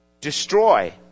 destroy